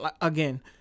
again